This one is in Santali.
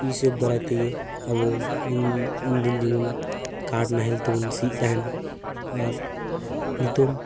ᱤ ᱥᱮᱯ ᱫᱟᱨᱟᱡᱽ ᱛᱮᱜᱮ ᱟᱵᱚ ᱩᱱ ᱩᱱᱫᱤᱱ ᱡᱮᱢᱚᱱ ᱠᱟᱴ ᱱᱟᱦᱮᱞ ᱛᱮᱵᱚᱱ ᱥᱤᱭᱮᱫ ᱛᱟᱦᱮᱱ ᱟᱨ ᱱᱤᱛᱚᱝ